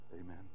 Amen